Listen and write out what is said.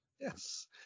Yes